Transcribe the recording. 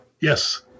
Yes